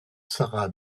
sara